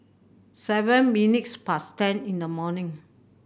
seven minutes past ten in the morning